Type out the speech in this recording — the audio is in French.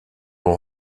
vont